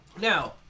Now